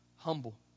humble